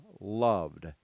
loved